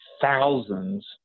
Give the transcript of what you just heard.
thousands